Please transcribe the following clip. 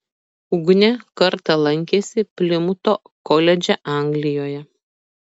ugnė kartą lankėsi plimuto koledže anglijoje